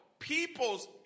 People's